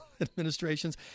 administrations